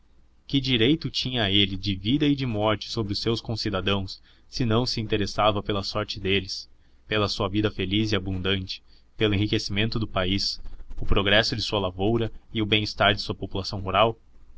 que direito tinha ele de vida e de morte sobre os seus concidadãos se não se interessava pela sorte deles pela sua vida feliz e abundante pelo enriquecimento do país o progresso de sua lavoura e o bem-estar de sua população rural